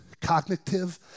Cognitive